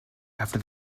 after